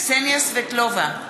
קסניה סבטלובה,